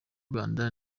rwanda